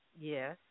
Yes